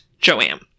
Joanne